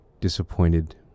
disappointed